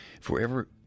Forever